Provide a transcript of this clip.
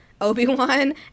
obi-wan